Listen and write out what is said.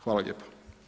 Hvala lijepa.